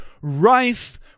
rife